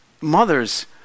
mothers